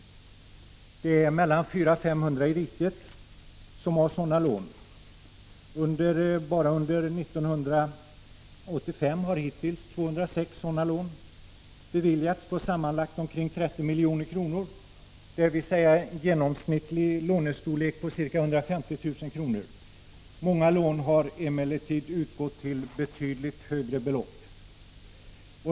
Det är mellan 400 och 500 i riket som har sådana lån. Bara under 1985 har hittills 206 sådana lån beviljats på sammanlagt omkring 30 milj.kr., dvs. en genomsnittlig lånestorlek på ca 150 000 kr. Många lån har emellertid utgått till betydligt högre belopp.